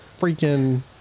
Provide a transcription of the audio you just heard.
Freaking